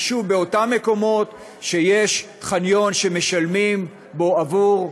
כי, שוב, באותם מקומות שיש חניון שמשלמים בו עבור,